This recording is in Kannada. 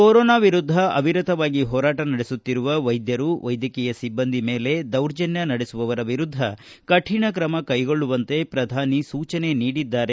ಕೊರೊನಾ ವಿರುದ್ಧ ಅವಿರತವಾಗಿ ಹೋರಾಟ ನಡೆಸುತ್ತಿರುವ ವೈದ್ಯರು ವೈದ್ಯಕೀಯ ಸಿಬ್ಬಂದಿ ಮೇಲೆ ದೌರ್ಜನ್ಯ ನಡೆಸುವವರ ವಿರುದ್ಧ ಕಠಿಣ ಕ್ರಮ ಕೈಗೊಳ್ಳುವಂತೆ ಪ್ರಧಾನಿ ಸೂಚನೆ ನೀಡಿದ್ದಾರೆ